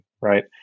right